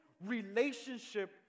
relationship